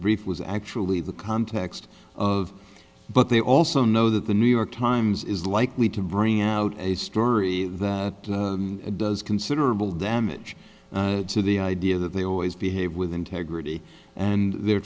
brief was actually the context of but they also know that the new york times is likely to bring out a story that does considerable damage to the idea that they always behave with integrity and they're